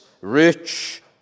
rich